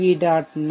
Net PV